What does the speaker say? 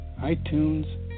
iTunes